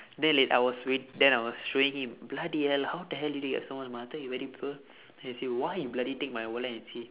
then wait I was wai~ then I was showing him bloody hell how the hell you get so much money I thought you very poor then he say why you bloody take my wallet and see